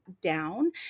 down